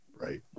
Right